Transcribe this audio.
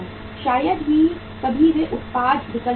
शायद ही कभी वे उत्पाद विकल्प बदलते हैं